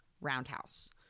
Roundhouse